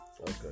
Okay